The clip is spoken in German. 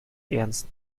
ernst